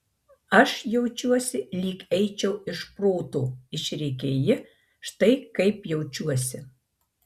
aš jaučiuosi lyg eičiau iš proto išrėkė ji štai kaip jaučiuosi